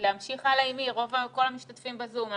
כל המשתתפים בזום.